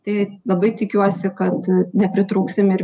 tai labai tikiuosi kad nepritrūksim ir